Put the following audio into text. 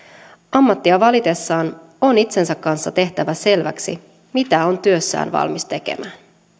ammattia valitessaan on itsensä kanssa tehtävä selväksi mitä on työssään valmis tekemään